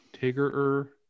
tiger